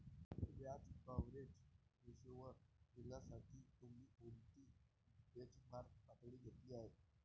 व्याज कव्हरेज रेशोवर येण्यासाठी तुम्ही कोणती बेंचमार्क पातळी घेतली आहे?